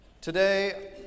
Today